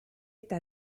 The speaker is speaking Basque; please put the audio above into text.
eta